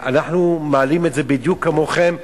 אנחנו מעלים את זה בדיוק כמוכם,